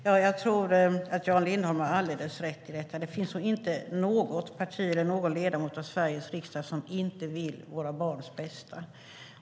Herr talman! Jag tror att Jan Lindholm har alldeles rätt i detta. Det finns nog inte något parti eller någon ledamot av Sveriges riksdag som inte vill våra barns bästa.